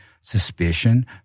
suspicion